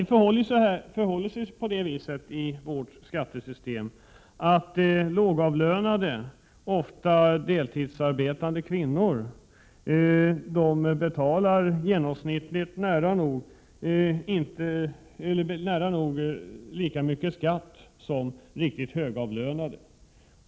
Det förhåller sig på så sätt i vårt skattesystem att lågavlönade, ofta deltidsarbetande kvinnor, betalar genomsnittligt nära nog lika mycket i skatt som de riktigt högavlönade.